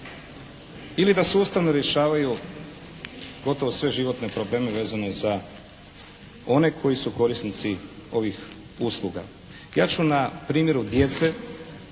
ili da sustavno rješavaju gotovo sve životne probleme vezane za one koji su korisnici ovih usluga. Ja ću na primjeru djece